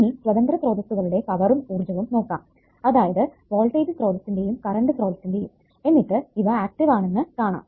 ഇനി സ്വതന്ത്ര സ്രോതസ്സുകളുടെ പവറും ഊർജ്ജവും നോക്കാം അതായത് വോൾടേജ് സ്രോതസ്സിന്റെയും കറണ്ട് സ്രോതസ്സിന്റെയും എന്നിട്ട് ഇവ ആക്റ്റീവ് ആണെന്നത് കാണാം